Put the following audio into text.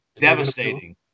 devastating